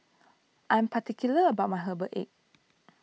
I'm particular about my Herbal Egg